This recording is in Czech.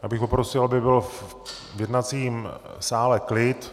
Já bych poprosil, aby byl v jednacím sále klid.